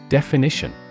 Definition